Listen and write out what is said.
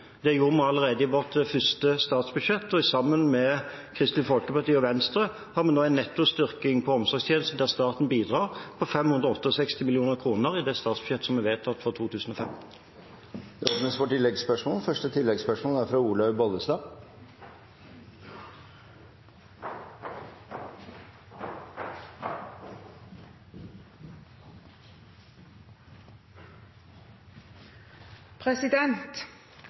Det gjorde vi allerede i vårt første statsbudsjett, og sammen med Kristelig Folkeparti og Venstre har vi nå en netto styrking av omsorgstjenesten der staten bidrar med 568 mill. kr i det statsbudsjettet som er vedtatt for 2014. Det åpnes for